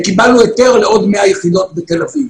וקיבלנו היתר לעוד 100 יחידות בתל-אביב.